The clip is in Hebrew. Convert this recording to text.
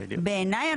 בעיניי,